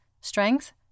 Strength